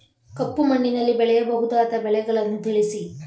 ಕಪ್ಪು ಮಣ್ಣಿನಲ್ಲಿ ಬೆಳೆಯಬಹುದಾದ ಬೆಳೆಗಳನ್ನು ತಿಳಿಸಿ?